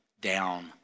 down